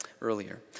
earlier